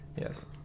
Yes